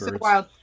wild